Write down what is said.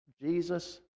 Jesus